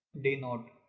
dnote,